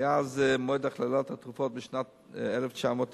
מאז מועד הכללת התרופות בשנת 1997,